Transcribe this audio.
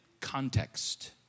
context